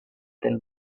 del